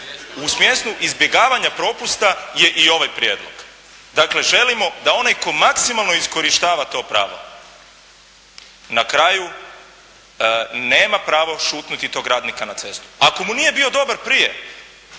u smjeru izbjegavanja propusta je i ovaj prijedlog. Dakle, želimo da onaj tko maksimalno iskorištava to pravo, na kraju nema pravo šutnuti tog radnika na cestu. Ako mu nije bio dobar prije,